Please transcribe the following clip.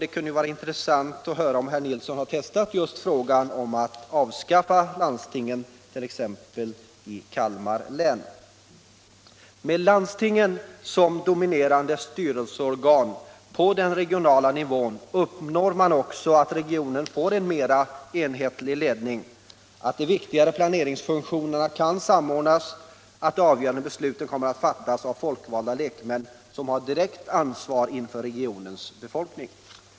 Det kunde därför vara intressant att höra om herr Nilsson testat just frågan om att avskaffa t.ex. landstinget i Kalmar län? Med landstingen som dominerande styrelseorgan på den regionala nivån uppnår man också att regionen får en mera enhetlig ledning, att de viktigare planeringsfunktionerna kan samordnas, att de avgörande besluten kommer att fattas av folkvalda lekmän som är direkt ansvariga inför regionens befolkning.